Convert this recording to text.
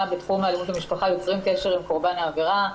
בתחום האלימות במשפחה יוצרים קשר עם קורבן העבירה,